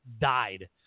died